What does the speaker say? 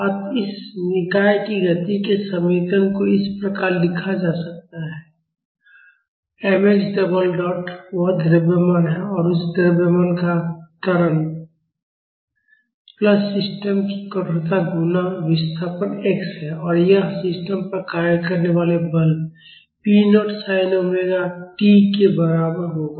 अतः इस निकाय की गति के समीकरण को इस प्रकार लिखा जा सकता है m x डबल डॉट वह द्रव्यमान है और उस द्रव्यमान का त्वरण प्लस सिस्टम की कठोरता गुणा विस्थापन x है और यह सिस्टम पर कार्य करने वाले बल p n nott sin omega tp0sinωt के बराबर होगा